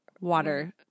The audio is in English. water